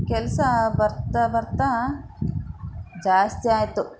ಕೆಲಸ ಬರ್ತಾ ಬರ್ತಾ ಜಾಸ್ತಿ ಆಯಿತು